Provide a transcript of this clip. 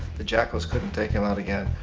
the jackals couldn't take him out again,